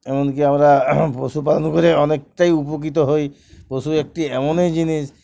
এমনকি আমরা পশুপালন করে অনেকটাই উপকৃত হই পশু একটি এমনই জিনিস